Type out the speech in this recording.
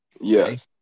Yes